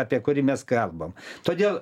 apie kurį mes kalbam todėl